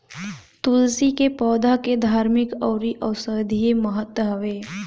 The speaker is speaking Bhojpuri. तुलसी के पौधा के धार्मिक अउरी औषधीय महत्व हवे